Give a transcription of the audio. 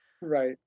Right